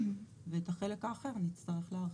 ואת החלק האחר נצטרך להרחיב.